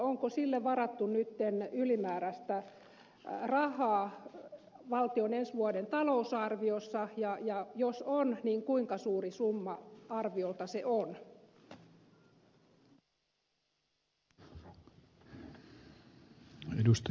onko sille varattu nyt ylimääräistä rahaa valtion ensi vuoden talousarviossa ja jos on niin kuinka suuri summa arviolta se on